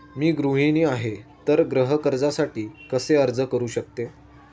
मी गृहिणी आहे तर गृह कर्जासाठी कसे अर्ज करू शकते?